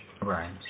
right